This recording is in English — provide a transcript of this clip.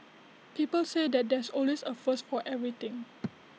people say that there's always A first for everything